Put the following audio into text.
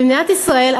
במדינת ישראל,